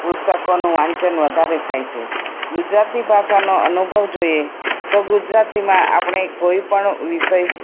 પુસ્તકોનું વાંચન વધારે થાય છે ગુજરાતી ભાષાનો અનુભવ જોઈએ તો ગુજરાતીમાં આપણે કોઈપણ વિષય